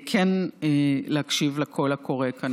כן להקשיב לקול הקורא כאן,